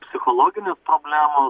psichologinės problemos